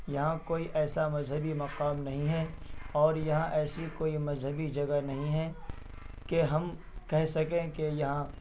یہاں کوئی ایسا مذہبی مقام نہیں ہے اور یہاں ایسی کوئی مذہبی جگہ نہیں ہے کہ ہم کہہ سکیں کہ یہاں